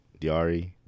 Diari